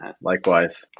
Likewise